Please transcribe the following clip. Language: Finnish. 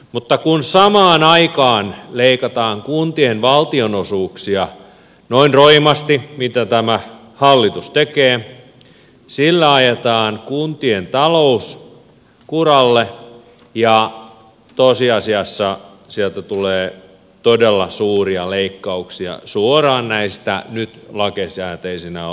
mutta kun samaan aikaan leikataan kuntien valtionosuuksia noin roimasti mitä tämä hallitus tekee sillä ajetaan kuntien talous kuralle ja tosiasiassa sieltä tulee todella suuria leikkauksia suoraan näistä nyt lakisääteisinä olevista tehtävistä